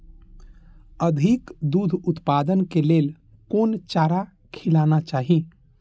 अधिक दूध उत्पादन के लेल कोन चारा खिलाना चाही?